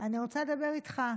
אני רוצה לדבר איתך.